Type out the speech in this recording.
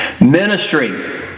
Ministry